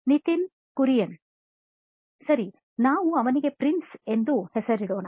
ನಿತಿನ್ ಕುರಿಯನ್ ಸರಿ ನಾವು ಅವನಿಗೆ ಪ್ರಿನ್ಸ್ ಎಂದು ಹೆಸರಿಸೋಣ